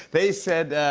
they said,